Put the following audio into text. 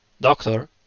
doctor